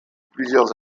plusieurs